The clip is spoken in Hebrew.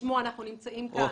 שבשמו אנחנו נמצאים כאן,